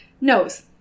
Nose